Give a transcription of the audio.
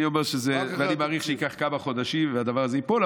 אני מעריך שזה ייקח כמה חודשים והדבר הזה ייפול,